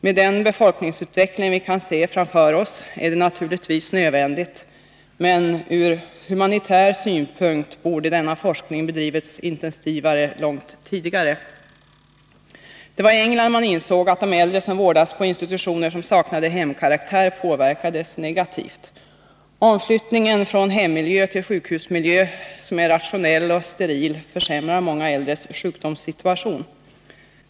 Med den befolkningsutveckling vi kan se framför oss är det naturligtvis nödvändigt, men ur humanitär synpunkt borde denna forskning ha bedrivits intensivare långt tidigare. Det var i England man insåg att de äldre som vårdas på institutioner som saknar hemkaraktär påverkas negativt. Omflyttningen från hemmiljö till sjukhusmiljö, som är rationell och steril, försämrar många äldres sjukdomssituation.